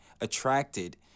attracted